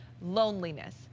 loneliness